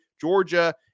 Georgia –